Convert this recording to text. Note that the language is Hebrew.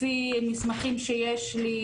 לפי מסמכים שיש לי: